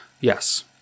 yes